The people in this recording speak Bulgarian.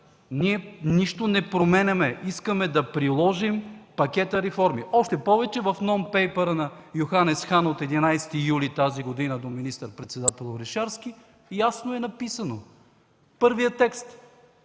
Ние нищо не променяме – искаме да приложим пакета реформи. Още повече, в нон пейпъра на Йоханес Хан от 11 юли тази година до министър-председателя Орешарски ясно е написано, първият текст: